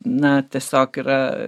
na tiesiog yra